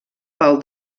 pel